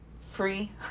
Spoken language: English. free